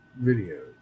videos